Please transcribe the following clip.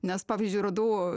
nes pavyzdžiui rudau